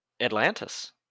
Atlantis